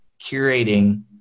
curating